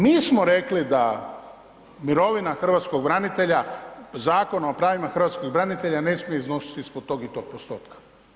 Mi smo rekli da mirovina hrvatskog branitelja Zakonom o pravima hrvatskih branitelja ne smije iznositi ispod tog i tog postotka.